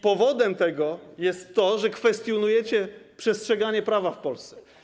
Powodem tego jest to, że kwestionujecie przestrzeganie prawa w Polsce.